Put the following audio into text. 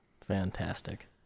Fantastic